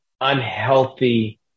unhealthy